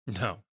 No